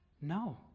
No